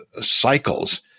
cycles